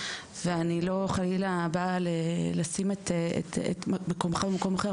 ואני לא חלילה בעיה לשים את מקומך במקום אחר,